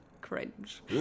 cringe